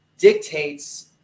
dictates